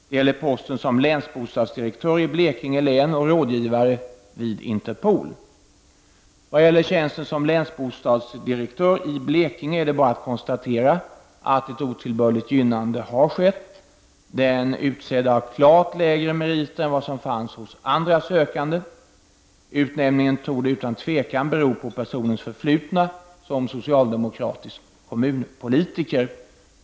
Det gäller posterna som länsbostadsdirektör i Blekinge län och som rådgivare vid Interpol. Vad gäller tjänsten som länsbostadsdirektör i Blekinge är det bara att konstatera att otillbörligt gynnande har skett. Den utsedda har klart lägre meriter än vad som fanns hos andra sökande. Utnämningen torde utan tvivel bero på personens förflutna som socialdemokratisk kommunalpolitiker.